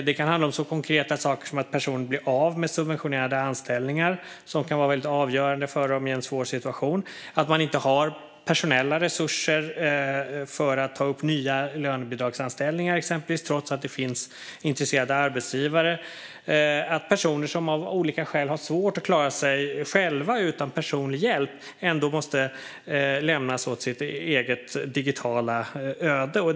Det kan handla om så konkreta saker som att personer blir av med subventionerade anställningar som kan vara mycket avgörande för människor i en svår situation och att man inte har personella resurser för att ta upp exempelvis nya lönebidragsanställningar, trots att det finns intresserade arbetsgivare. Personer som av olika skäl har svårt att klara sig själva utan personlig hjälp måste ändå lämnas åt sitt eget digitala öde.